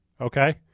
okay